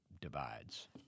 divides